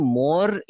more